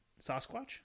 Sasquatch